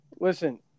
listen